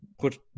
put